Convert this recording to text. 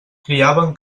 criaven